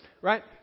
Right